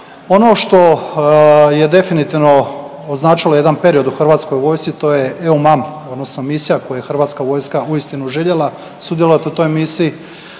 Ono što je definitivno označilo jedan period u Hrvatskoj vojsci to je EUMM odnosno misija u kojoj je Hrvatska vojska uistinu željela sudjelovati u toj misiji.